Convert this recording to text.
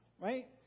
Right